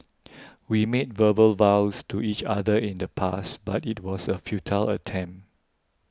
we made verbal vows to each other in the past but it was a futile attempt